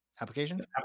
application